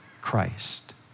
Christ